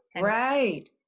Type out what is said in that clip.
right